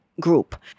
group